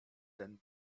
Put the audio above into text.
ten